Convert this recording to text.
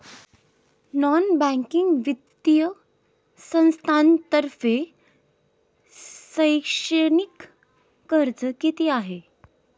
Non banking वित्तीय संस्थांतर्फे शैक्षणिक कर्ज किती आहे?